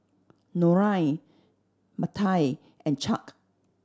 Norine Mattye and Chuck